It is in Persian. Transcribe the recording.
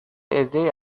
عدهای